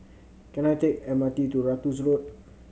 can I take M R T to Ratus Road